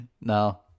No